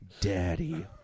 Daddy